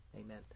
Amen